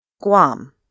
Guam